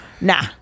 Nah